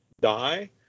die